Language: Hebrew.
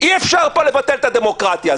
אי-אפשר פה לבטל את הדמוקרטיה.